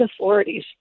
authorities